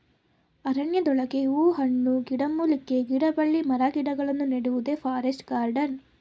ಅರಣ್ಯದೊಳಗೆ ಹೂ ಹಣ್ಣು, ಗಿಡಮೂಲಿಕೆ, ಗಿಡಬಳ್ಳಿ ಮರಗಿಡಗಳನ್ನು ನೆಡುವುದೇ ಫಾರೆಸ್ಟ್ ಗಾರ್ಡನ್